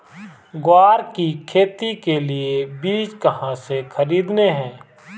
ग्वार की खेती के लिए बीज कहाँ से खरीदने हैं?